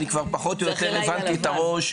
אני כבר פחות או יותר הבנתי את הראש.